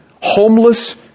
Homeless